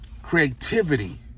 Creativity